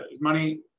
money